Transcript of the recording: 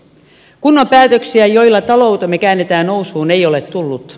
kunnon päätöksiä joilla taloutemme käännetään nousuun ei ole tullut